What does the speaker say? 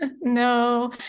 no